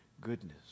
goodness